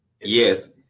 yes